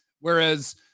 Whereas